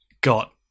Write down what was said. got